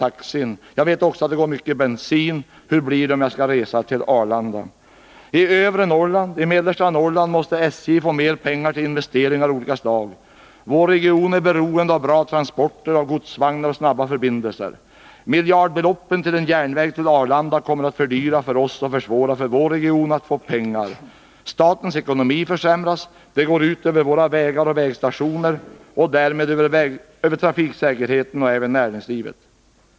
Likaså åtgår det mycket bensin. Hur mycket dyrare skulle det inte bli att ta taxi till Arlanda! I övre och mellersta Norrland måste SJ få mer pengar till investeringar av olika slag. Vår region är beroende av bra transporter, av godsvagnar och snabba förbindelser. Miljardbelopp till en järnväg till Arlanda kommer att försvåra för vår region att få pengar. Statens ekonomi försämras, vilket går ut över våra vägar och vägstationer samt därmed över trafiksäkerheten och även näringslivet.